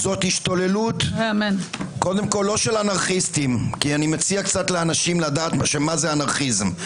השתוללות קודם כל לא של אנרכיסטים ואני מציע לאנשים לדעת מה זה אנרכיזם.